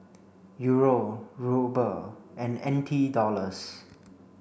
Euro Ruble and N T Dollars